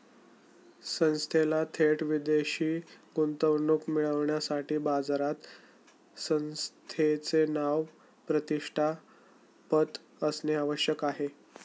संस्थेला थेट विदेशी गुंतवणूक मिळविण्यासाठी बाजारात संस्थेचे नाव, प्रतिष्ठा, पत असणे आवश्यक आहे